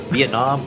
Vietnam